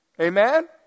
Amen